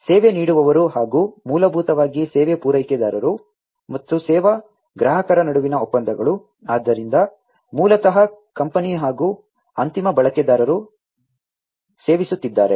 ಸೇವೆ ನೀಡುವವರು ಹಾಗೂ ಮೂಲಭೂತವಾಗಿ ಸೇವಾ ಪೂರೈಕೆದಾರರು ಮತ್ತು ಸೇವಾ ಗ್ರಾಹಕರ ನಡುವಿನ ಒಪ್ಪಂದಗಳು ಆದ್ದರಿಂದ ಮೂಲತಃ ಕಂಪನಿ ಹಾಗೂ ಅಂತಿಮ ಬಳಕೆದಾರರು ಸೇವಿಸುತ್ತಿದ್ದಾರೆ